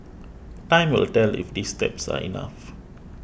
time will tell if these steps are enough